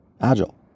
Agile